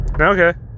Okay